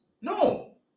No